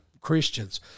Christians